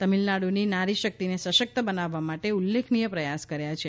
તમિલનાડુની નારી શક્તિને સશક્ત બનાવવા માટે ઉલ્લેખનીય પ્રયાસ કર્યા છે